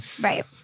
Right